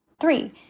Three